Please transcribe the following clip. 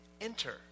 Enter